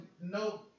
no